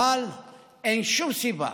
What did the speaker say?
אבל אין שום סיבה